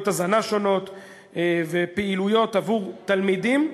הזנה שונות ופעילויות עבור תלמידים,